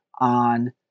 on